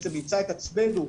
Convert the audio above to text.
נמצא את עצמנו,